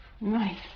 Nice